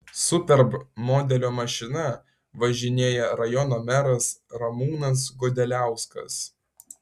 superb modelio mašina važinėja rajono meras ramūnas godeliauskas